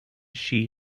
she